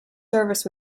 service